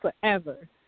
forever